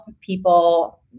people